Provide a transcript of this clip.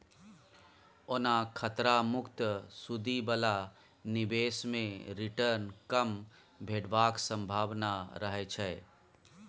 ओना खतरा मुक्त सुदि बला निबेश मे रिटर्न कम भेटबाक संभाबना रहय छै